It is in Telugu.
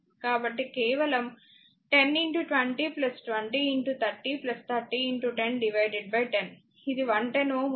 కాబట్టి కేవలం 10 20 2030301010 ఇది 110 Ω వస్తుంది